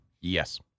Yes